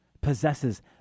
possesses